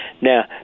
Now